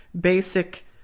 basic